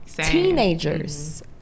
Teenagers